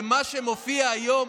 ומה שמופיע היום,